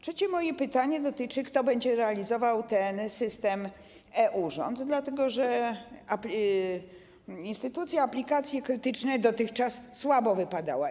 Trzecie moje pytanie dotyczy tego, kto będzie realizował ten system e-Urząd Skarbowy, dlatego że instytucja Aplikacje Krytyczne dotychczas słabo wypadała.